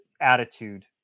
attitude